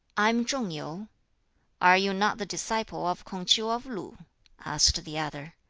i am chung yu are you not the disciple of k'ung ch'iu of lu asked the other.